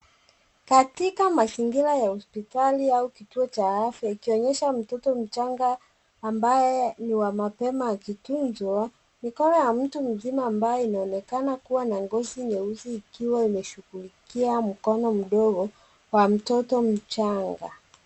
Katika mazingira ya hospitali au kituo cha afya ikionyesha mtoto mchanga ambaye ni wa mapema akitunzwa. Mikono ya mtu mzima ambayo inaonekana kuwa na ngozi nyeusi ikiwa imeshughulikia mkono mdogo wa mtoto mchanga.